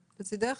לצדך?